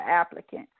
applicant